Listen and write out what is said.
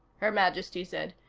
her majesty said.